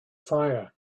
fire